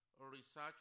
research